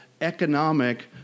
economic